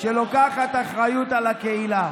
שלוקחת אחריות על הקהילה.